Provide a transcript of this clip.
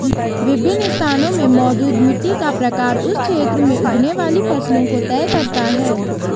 विभिन्न स्थानों में मौजूद मिट्टी का प्रकार उस क्षेत्र में उगने वाली फसलों को तय करता है